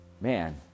man